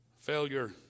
Failure